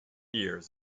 years